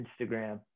Instagram